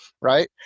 Right